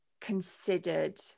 considered